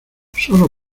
solo